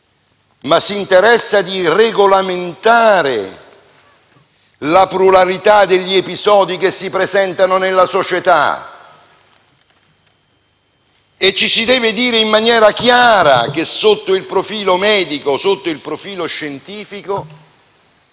ma si interessa di regolamentare la pluralità degli episodi che si presentano nella società. E ci si deve dire in maniera chiara che, sotto il profilo medico, sotto il profilo scientifico,